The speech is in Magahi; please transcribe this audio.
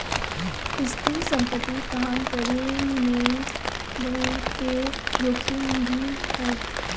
स्थिर संपत्ति काम करे मे बहुते जोखिम भी हय